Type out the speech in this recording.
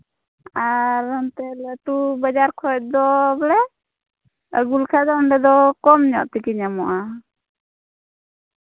ᱟᱨ ᱦᱟᱱᱛᱮ ᱞᱟᱹᱴᱩ ᱵᱟᱡᱟᱨ ᱠᱷᱚᱱ ᱫᱚ ᱵᱚᱞᱮ ᱟᱹᱜᱩ ᱞᱮᱠᱷᱟᱱ ᱫᱚ ᱚᱸᱰᱮ ᱫᱚ ᱠᱚᱢ ᱧᱚᱜ ᱛᱮᱜᱮ ᱧᱟᱢᱚᱜᱼᱟ